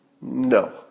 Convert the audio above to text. no